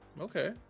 Okay